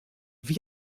vip